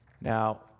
Now